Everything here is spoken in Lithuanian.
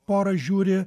porą žiūri